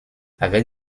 avec